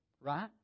Right